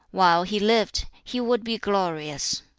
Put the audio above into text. while he lived, he would be glorious.